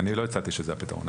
אני לא הצעתי שזה הפתרון.